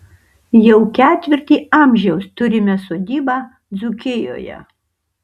jau ketvirtį amžiaus turime sodybą dzūkijoje